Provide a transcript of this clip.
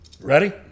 Ready